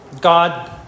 God